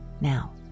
now